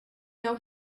know